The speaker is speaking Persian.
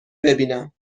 ببینم